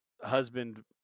husband